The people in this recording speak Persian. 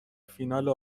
فینال